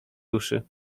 duszy